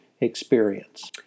experience